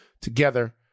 together